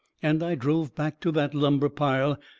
and i drove back to that lumber pile.